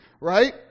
right